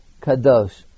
Kadosh